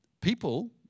People